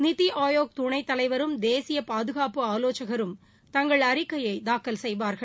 நித்தி ஆயோக் துணைத்தலைவரும் தேசிய பாதுகாப்பு ஆலோசகரும் தங்கள் அறிக்கையை தாக்கல் செய்வார்கள்